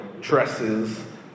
dresses